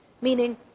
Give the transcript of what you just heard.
meaning